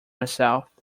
myself